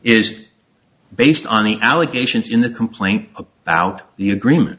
is based on the allegations in the complaint about the agreement